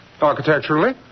architecturally